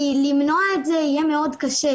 כי למנוע את זה יהיה מאוד קשה.